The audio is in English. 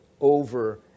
over